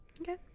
okay